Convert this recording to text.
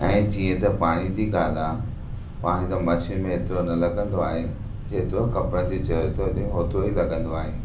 ऐ जीअं त पाणी जी ॻाल्हि आहे पाणी त मशीन में एतिरो न लॻंदो आहे जेतिरो कपड़नि जे जरूरत हुजे होतिरो ई लॻंदो आहे